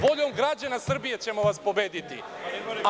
Voljom građana Srbije ćemo vas pobediti.